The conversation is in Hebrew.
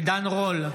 עידן רול,